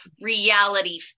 reality